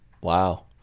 Wow